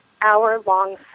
hour-long